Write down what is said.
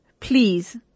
please